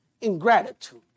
ingratitude